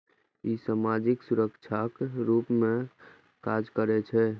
ई सामाजिक सुरक्षाक रूप मे काज करै छै